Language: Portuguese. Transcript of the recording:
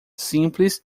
simples